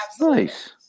Nice